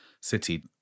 city